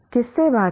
किससे बात की